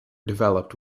developed